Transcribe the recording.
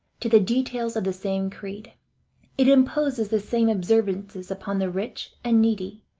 to the details of the same creed it imposes the same observances upon the rich and needy,